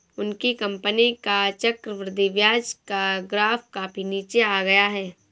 उनकी कंपनी का चक्रवृद्धि ब्याज का ग्राफ काफी नीचे आ गया है